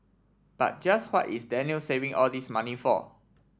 but just what is Daniel saving all this money for